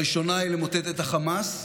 הראשונה היא למוטט את חמאס,